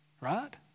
Right